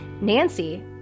Nancy